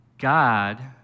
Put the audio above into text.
God